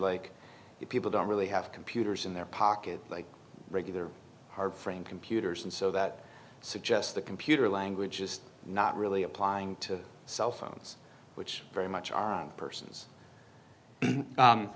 like you people don't really have computers in their pocket like regular frame computers and so that suggests the computer language is not really applying to cell phones which very much are persons